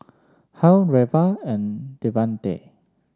Hal Reva and Devante